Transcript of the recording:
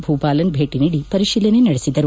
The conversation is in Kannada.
ಭೂಬಾಲನ್ ಭೇಟಿ ನೀಡಿ ಪರಿಶೀಲನೆ ನಡೆಸಿದರು